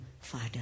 Father